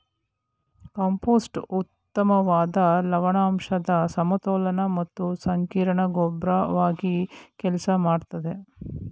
compost ಉತ್ತಮ್ವಾದ ಲವಣಾಂಶದ್ ಸಮತೋಲನ ಮತ್ತು ಸಂಕೀರ್ಣ ಗೊಬ್ರವಾಗಿ ಕೆಲ್ಸ ಮಾಡ್ತದೆ